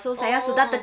oh